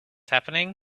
happening